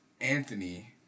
Anthony